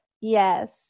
Yes